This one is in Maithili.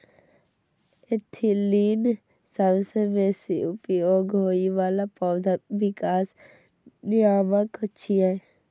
एथिलीन सबसं बेसी उपयोग होइ बला पौधा विकास नियामक छियै